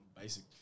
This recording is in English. Basic